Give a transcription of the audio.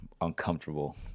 uncomfortable